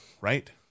right